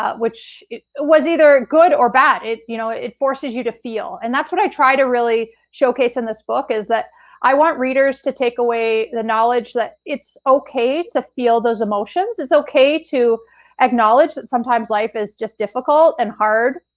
ah which was either good or bad. it you know it forces you to feel and that's what i try to really showcase in this book is that i want readers to take away the knowledge that it's okay to feel those emotions. it's okay to acknowledge that sometimes life is just difficult and hard,